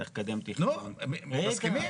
צריך לקדם תכנון --- מסכימים.